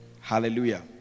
hallelujah